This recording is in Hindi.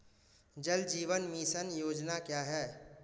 जल जीवन मिशन योजना क्या है?